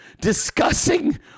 discussing